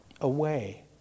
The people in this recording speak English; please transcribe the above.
away